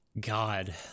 God